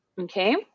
Okay